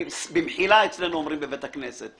במחילה אצלנו אומרים בבית הכנסת.